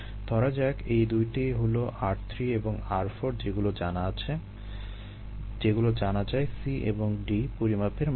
ধরা যাক এই দুইটি হলো r3 এবং r4 যেগুলো জানা আছে যেগুলো জানা যায় C এবং D এর পরিমাপের মাধ্যমে